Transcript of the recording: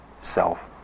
self